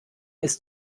ist